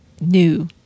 new